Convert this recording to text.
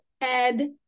ed